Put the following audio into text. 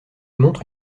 montre